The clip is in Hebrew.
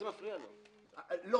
תומר,